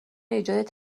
ایجاد